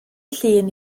llun